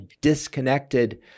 disconnected